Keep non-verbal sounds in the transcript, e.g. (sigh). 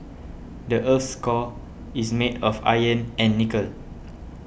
(noise) the earth's core is made of iron and nickel